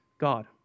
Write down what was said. God